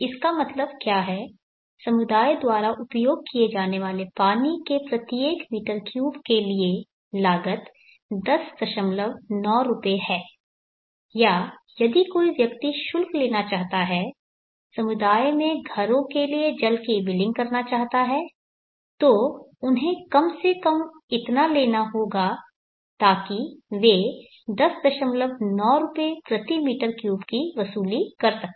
इसका क्या मतलब है समुदाय द्वारा उपयोग किए जाने वाले पानी के प्रत्येक m3 के लिए लागत 109 रुपये है या यदि कोई व्यक्ति शुल्क लेना चाहता है समुदाय में घरों के लिए जल की बिलिंग करना चाहता है तो उन्हें कम से कम इतना लेना होगा ताकि वे 109 रुपये प्रति m3 की वसूली कर सकें